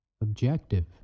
objective